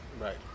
right